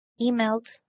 emailed